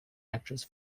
actress